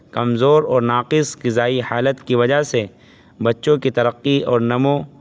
کمزور اور ناقص غذائی حالت کی وجہ سے بچوں کی ترقی اور نمو